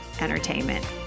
entertainment